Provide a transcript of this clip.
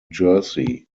jersey